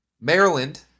Maryland